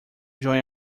join